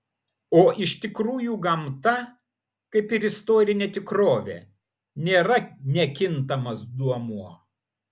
o iš tikrųjų gamta kaip ir istorinė tikrovė nėra nekintamas duomuo